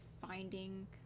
finding